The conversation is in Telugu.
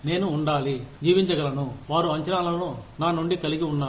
నేను ఉండాలి జీవించగలను వారు అంచనాలను నా నుండి కలిగి ఉన్నారు